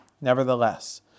nevertheless